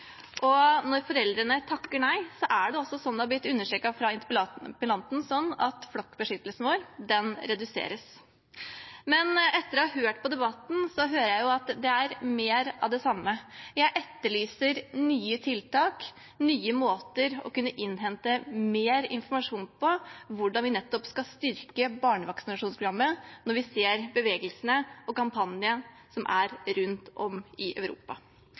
har understreket, slik at flokkbeskyttelsen vår reduseres. Men etter å ha hørt på debatten, hører jeg jo at det er mer av det samme. Jeg etterlyser nye tiltak og nye måter å kunne innhente mer informasjon om hvordan vi skal styrke barnevaksinasjonsprogrammet når vi ser bevegelsene og kampanjene rundt om i Europa.